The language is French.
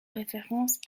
référence